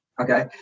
okay